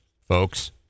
folks